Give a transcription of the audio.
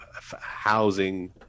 housing